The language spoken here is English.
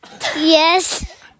Yes